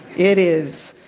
it is.